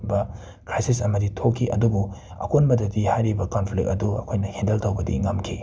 ꯕ ꯈ꯭ꯔꯥꯏꯁꯤꯁ ꯑꯃꯗꯤ ꯊꯣꯛꯈꯤ ꯑꯗꯨꯕꯨ ꯑꯀꯣꯟꯕꯗꯗꯤ ꯍꯥꯏꯔꯤꯕ ꯀꯣꯟꯐ꯭ꯂꯤꯛ ꯑꯗꯨ ꯑꯩꯈꯣꯏꯅ ꯍꯦꯟꯗꯜ ꯇꯧꯕꯗꯤ ꯉꯝꯈꯤ